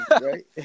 right